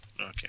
Okay